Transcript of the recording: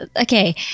okay